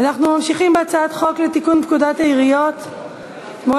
אנחנו ממשיכים בהצעת חוק לתיקון פקודת העיריות (מס'